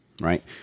Right